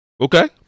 Okay